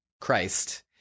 Christ